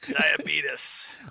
diabetes